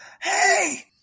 hey